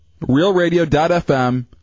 RealRadio.fm